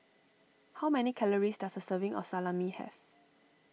how many calories does a serving of Salami have